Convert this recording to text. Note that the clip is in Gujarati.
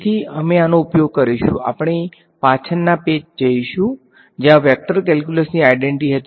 તેથી અમે આનો ઉપયોગ કરીશું આપણે પાછળના પેજ જઈશુ જ્યા વેક્ટર કેલ્ક્યુલસ ની આઈડેંટીટી હતી